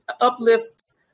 uplifts